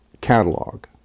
catalog